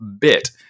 bit